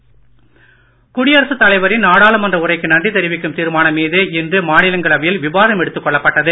தீர்மானம் குடியரசு தலைவரின் நாடாளுமன்ற உரைக்கு நன்றி தெரிவிக்கும் தீர்மானம் மீது இன்று மாநிலங்களவையில் விவாதம் எடுத்துக் கொள்ளப்பட்டுள்ளது